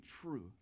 true